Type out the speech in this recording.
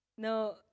No